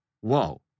whoa